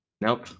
Nope